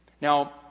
Now